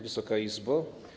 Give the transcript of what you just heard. Wysoka Izbo!